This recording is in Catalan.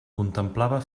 contemplava